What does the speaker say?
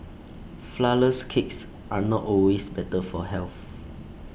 Flourless Cakes are not always better for health